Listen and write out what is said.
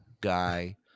guy